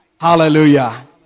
Hallelujah